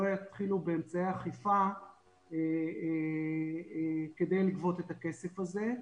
יתחילו באמצעי אכיפה כדי לגבות את הכסף הזה.